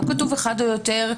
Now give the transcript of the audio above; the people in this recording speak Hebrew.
לא כתוב אחד או יותר,